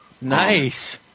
Nice